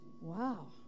Wow